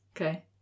Okay